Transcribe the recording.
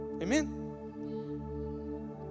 Amen